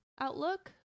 outlook